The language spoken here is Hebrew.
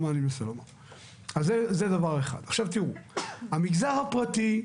עכשיו תראו, המגזר הפרטי,